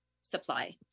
supply